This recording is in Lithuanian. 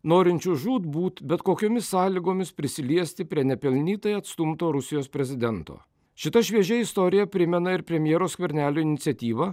norinčių žūtbūt bet kokiomis sąlygomis prisiliesti prie nepelnytai atstumto rusijos prezidento šita šviežia istorija primena ir premjero skvernelio iniciatyvą